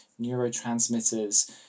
neurotransmitters